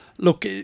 Look